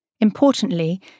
Importantly